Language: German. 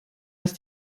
ist